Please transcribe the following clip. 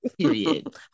period